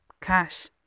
cash